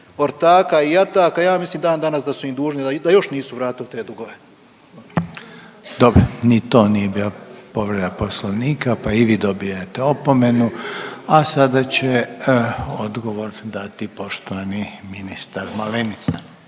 ortaka i jataka ja mislim dan danas da su im dužni da još nisu vratili te dugove. **Reiner, Željko (HDZ)** Dobro ni to nije bila povreda poslovnika pa i vi dobijate opomenu. A sada će odgovor dati poštovani ministar Malenica.